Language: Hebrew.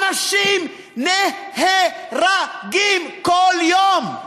אנשים נ-ה-ר-גים כל יום.